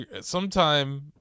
sometime